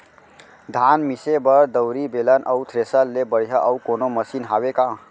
धान मिसे बर दउरी, बेलन अऊ थ्रेसर ले बढ़िया अऊ कोनो मशीन हावे का?